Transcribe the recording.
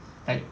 like